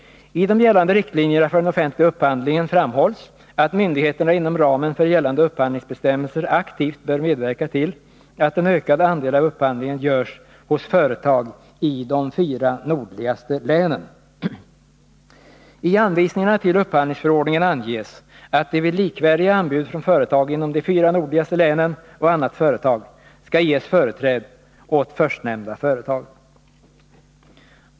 I de gällande riktlinjerna för den offentliga upphandlingen framhålls att myndigheterna inom ramen för gällande upphandlingsbestämmelser aktivt bör medverka till att en ökad andel av upphandlingen görs hos företag i de fyra nordligaste länen. I anvisningarna till upphandlingsförordningen anges att det vid likvärdiga anbud från företag inom de fyra nordligaste länen och annat företag skall ges företräde åt förstnämnda företag.